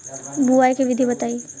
बुआई के विधि बताई?